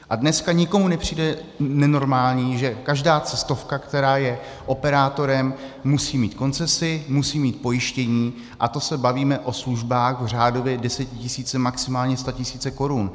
A dneska nikomu nepřijde nenormální, že každá cestovka, která je operátorem, musí mít koncesi, musí mít pojištění, a to se bavíme o službách řádově desetitisíce, maximálně statisíce korun.